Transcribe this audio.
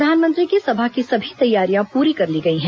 प्रधानमंत्री की सभा की तैयारियां पूरी कर ली गई हैं